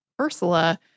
Ursula